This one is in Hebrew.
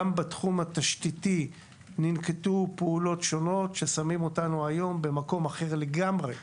גם בתחום התשתיתי ננקטו פעולות שונות ששמות אותנו היום במקום אחר לגמרי,